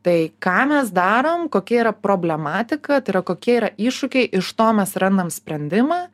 tai ką mes darom kokia yra problematika tai yra kokie yra iššūkiai iš to mes randam sprendimą